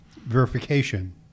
verification